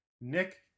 Nick